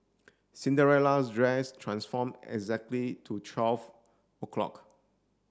Cinderella's dress transform exactly to twelve o'clock